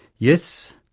yes,